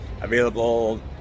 available